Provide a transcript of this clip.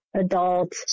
adult